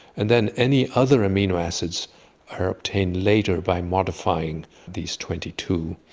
and then any other amino acids are obtained later by modifying these twenty two.